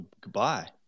goodbye